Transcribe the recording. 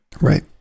Right